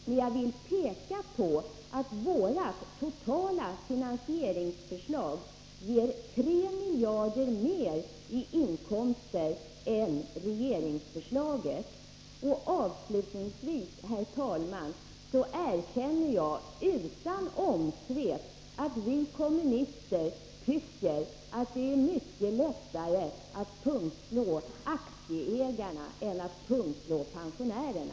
Men jag vill peka på att vårt totala finansieringsförslag ger 3 miljarder mer i inkomster än regeringsförslaget. Avslutningsvis, herr talman, erkänner jag utan omsvep att vi kommunister tycker att det är mycket lättare att pungslå aktieägarna än att pungslå pensionärerna.